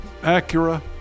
Acura